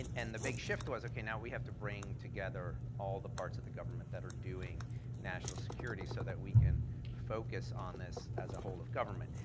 and and the big shift was, okay, now we have to bring together all the parts of the government that are doing national security so that we can focus on this as a whole of government.